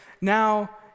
Now